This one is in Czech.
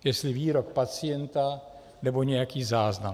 Jestli výrok pacienta, nebo nějaký záznam.